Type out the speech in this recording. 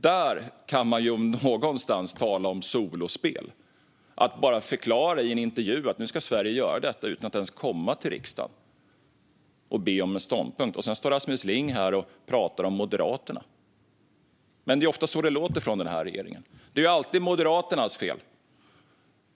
Där om någonstans kan man tala om solospel - att bara förklara i en intervju att nu ska Sverige göra detta, utan att ens komma till riksdagen och be om en ståndpunkt. Sedan står Rasmus Ling här och pratar om Moderaterna. Ofta är det så det låter från den här regeringen. Det är alltid Moderaternas fel.